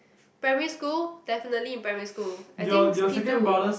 primary school definitely in primary school I think is P two